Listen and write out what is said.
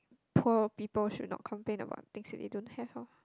poor people should not complain about things that they don't have orh